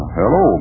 hello